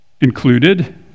included